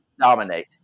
dominate